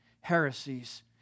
heresies